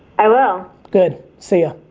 i will. good, see ya.